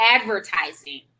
advertising